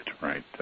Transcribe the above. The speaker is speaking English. right